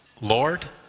Lord